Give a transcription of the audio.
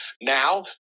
now